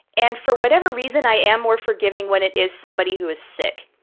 and for whatever reason, i am more forgiving when it is somebody who is sick,